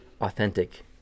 authentic